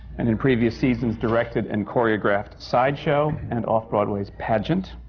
and in previous seasons, directed and choreographed side show and off-broadway's pageant.